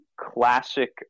classic